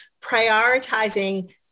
prioritizing